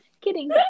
Kidding